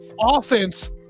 offense